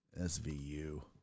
SVU